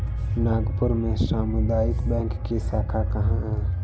नागपुर में सामुदायिक बैंक की शाखा कहाँ है?